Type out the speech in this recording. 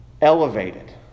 elevated